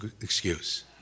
excuse